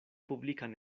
publikan